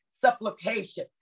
supplication